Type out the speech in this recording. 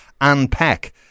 unpack